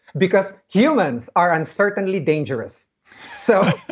because humans are uncertainly dangerous so